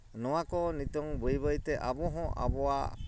ᱱᱚᱣᱟᱠᱚ ᱱᱤᱛᱚᱝ ᱵᱟᱹᱭ ᱵᱟᱹᱭᱛᱮ ᱟᱵᱚ ᱦᱚᱸ ᱟᱵᱚᱣᱟᱜ